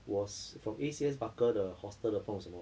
was from A_C_S barker 的 hostel 的不懂什么